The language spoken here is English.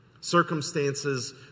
Circumstances